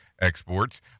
exports